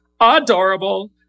adorable